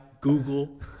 Google